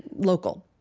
local.